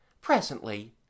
presently